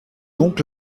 donc